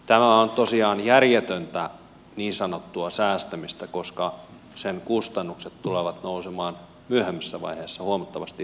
tämä on tosiaan järjetöntä niin sanottua säästämistä koska sen kustannukset tulevat nousemaan myöhemmässä vaiheessa huomattavasti isommiksi